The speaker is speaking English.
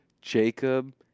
Jacob